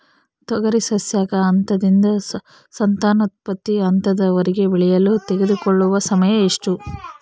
ತೊಗರಿ ಸಸ್ಯಕ ಹಂತದಿಂದ ಸಂತಾನೋತ್ಪತ್ತಿ ಹಂತದವರೆಗೆ ಬೆಳೆಯಲು ತೆಗೆದುಕೊಳ್ಳುವ ಸಮಯ ಎಷ್ಟು?